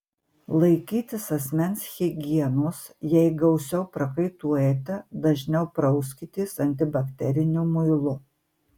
laikytis asmens higienos jei gausiau prakaituojate dažniau prauskitės antibakteriniu muilu